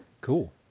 Cool